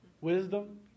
wisdom